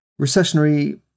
recessionary